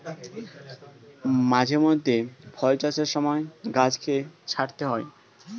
মাঝে মধ্যে ফল চাষের সময় গাছকে ছাঁটতে হয়